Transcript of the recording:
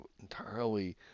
entirely